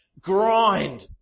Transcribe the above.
grind